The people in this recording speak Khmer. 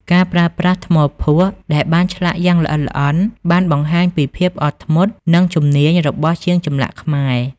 ការប្រើប្រាស់ថ្មភក់ដែលបានឆ្លាក់យ៉ាងល្អិតល្អន់បានបង្ហាញពីភាពអត់ធ្មត់និងជំនាញរបស់ជាងចម្លាក់ខ្មែរ។